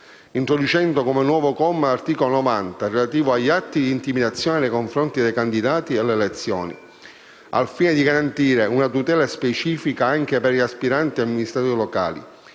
introducendo un nuovo comma all'articolo 90, relativo agli atti di intimidazione nei confronti dei candidati alle elezioni: al fine di garantire una tutela specifica anche per gli aspiranti amministratori locali,